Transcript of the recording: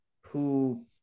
who-